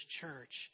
church